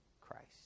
Christ